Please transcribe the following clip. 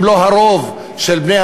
אם לא הרוב,